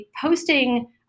posting